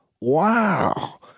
wow